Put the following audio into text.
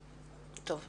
תודה.